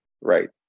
Right